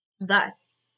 thus